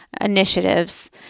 initiatives